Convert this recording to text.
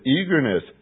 eagerness